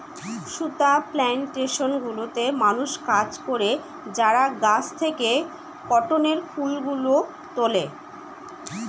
সুতা প্লানটেশন গুলোতে মানুষ কাজ করে যারা গাছ থেকে কটনের ফুল গুলো তুলে